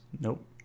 Nope